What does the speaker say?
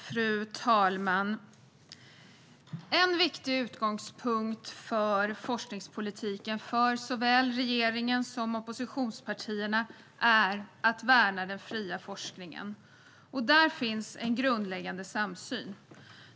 Fru talman! En viktig utgångspunkt för forskningspolitiken, för såväl regeringen som oppositionspartierna, är att värna den fria forskningen. Där finns en grundläggande samsyn.